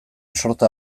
sorta